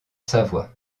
savoie